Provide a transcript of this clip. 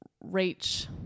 reach